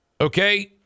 Okay